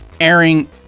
airing